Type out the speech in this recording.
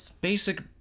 basic